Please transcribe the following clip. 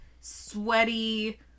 sweaty